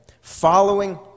following